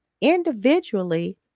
individually